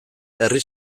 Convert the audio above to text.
herri